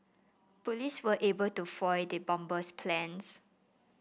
police were able to foil the bomber's plans